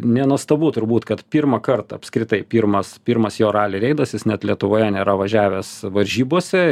nenuostabu turbūt kad pirmą kartą apskritai pirmas pirmas jo rali reidas jis net lietuvoje nėra važiavęs varžybose